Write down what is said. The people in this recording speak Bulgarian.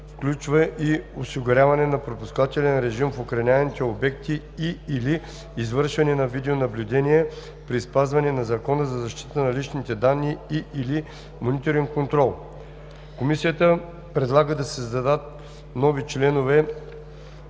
включва и осигуряване на пропускателен режим в охранявания обект и/или извършване на видеонаблюдение при спазване на Закона за защита на личните данни, и/или мониторен контрол.“ Комисията предлага да се създаде нов чл.